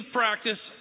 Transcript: practice